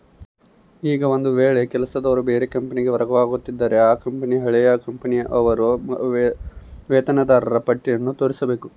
ಈಗ ಒಂದು ವೇಳೆ ಕೆಲಸದವರು ಬೇರೆ ಕಂಪನಿಗೆ ವರ್ಗವಾಗುತ್ತಿದ್ದರೆ ಆ ಕಂಪನಿಗೆ ಹಳೆಯ ಕಂಪನಿಯ ಅವರ ವೇತನದಾರರ ಪಟ್ಟಿಯನ್ನು ತೋರಿಸಬೇಕು